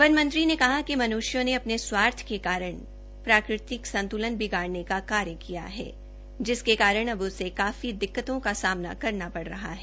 one मंत्री ने कहा कि मन्ष्यों ने अपने स्वार्थो के कारण प्राकृतिक संत्रलन बिगाड़ने का कार्य किया है जिसके कारण अब उसे काफी दिक्क्तों का सामना करना पड़ रहा है